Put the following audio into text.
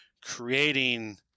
creating